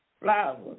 flowers